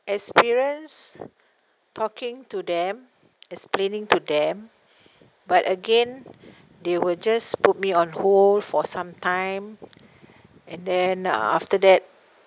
experience talking to them explaining to them but again they will just put me on hold for some time and then after that